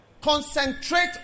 concentrate